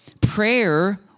prayer